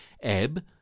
ebb